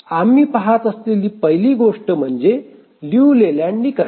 आम्ही पहात असलेली पहिली गोष्ट म्हणजे लिऊ लेलँड निकष